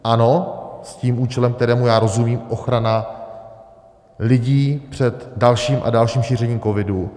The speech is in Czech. Ano, s tím účelem, kterému já rozumím, ochrana lidí před dalším a dalším šířením covidu.